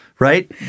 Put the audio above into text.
Right